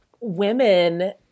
women